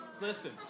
Listen